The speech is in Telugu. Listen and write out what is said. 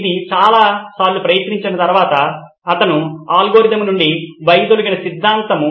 ఇది చాలా సార్లు ప్రయత్నించిన తరువాత అతను అల్గోరిథం నుండి వైదొలిగిన సిద్ధాంతం